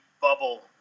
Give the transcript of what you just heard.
bubble